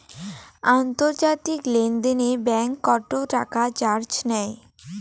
আন্তর্জাতিক লেনদেনে ব্যাংক কত টাকা চার্জ নেয়?